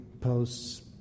posts